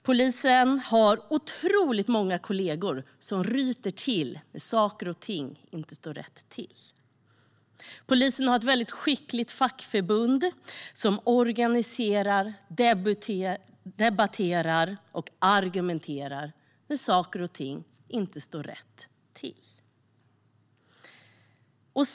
Polisen har otroligt många kollegor som ryter till när saker och ting inte står rätt till. Polisen har ett väldigt skickligt fackförbund, som organiserar, debatterar och argumenterar när saker och ting inte står rätt till.